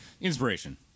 Inspiration